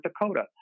Dakota